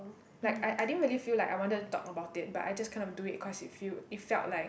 like I I didn't really feel like I wanted to talk about it but I just kinda of do it cause it feel it felt like